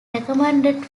recommended